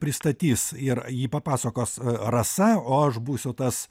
pristatys ir jį papasakos rasa o aš būsiu tas